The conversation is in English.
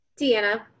Deanna